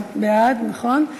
13, 14 בעד, נכון?